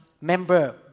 member